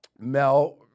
Mel